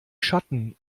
schatten